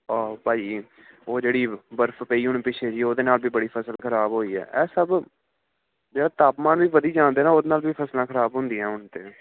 ਆਹੋ ਭਾਅ ਜੀ ਉਹ ਜਿਹੜੀ ਬਰਫ਼ ਪਈ ਹੁਣ ਪਿੱਛੇ ਜਿਹੇ ਉਹਦੇ ਨਾਲ ਵੀ ਬੜੀ ਫਸਲ ਖ਼ਰਾਬ ਹੋਈ ਹੈ ਇਹ ਸਭ ਜਿਹੜਾ ਤਾਪਮਾਨ ਵੀ ਵਧੀ ਜਾਣ ਦੇ ਨਾ ਉਹਦੇ ਨਾਲ ਵੀ ਫਸਲਾਂ ਖ਼ਰਾਬ ਹੁੰਦੀਆਂ ਹੁਣ ਤਾਂ